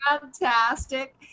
fantastic